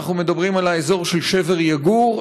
אנחנו מדברים על האזור של שבר יגור,